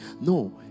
No